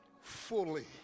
fully